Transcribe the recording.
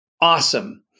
awesome